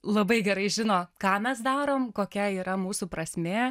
labai gerai žino ką mes darom kokia yra mūsų prasmė